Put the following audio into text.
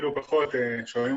שלום,